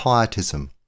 pietism